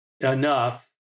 enough